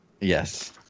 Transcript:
Yes